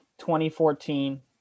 2014